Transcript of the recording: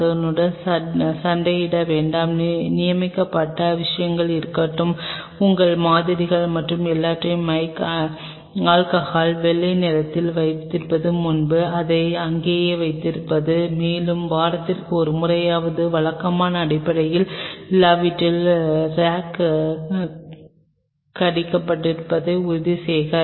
அதனுடன் சண்டையிட வேண்டாம் நியமிக்கப்பட்ட விஷயங்கள் இருக்கட்டும் உங்கள் மாதிரிகள் மற்றும் எல்லாவற்றையும் மைல் ஆல்கஹால் வெள்ளை நிறத்தில் வைப்பதற்கு முன்பு அதை அங்கேயே வைத்திருக்கிறது மேலும் வாரத்திற்கு ஒரு முறையாவது வழக்கமான அடிப்படையில் இல்லாவிட்டால் ரேக் கடிக்கப்படுவதை உறுதிசெய்க